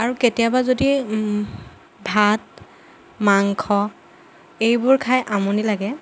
আৰু কেতিয়াবা যদি ভাত মাংস এইবোৰ খাই আমনি লাগে